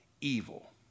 evil